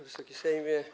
Wysoki Sejmie!